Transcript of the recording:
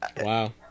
Wow